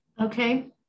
Okay